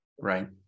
Right